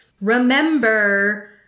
Remember